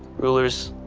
rulers,